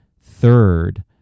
third